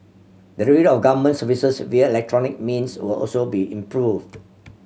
delivery of government services via electronic means will also be improved